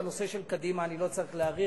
בנושא של קדימה אני לא צריך להאריך,